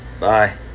Bye